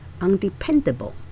undependable